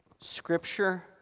Scripture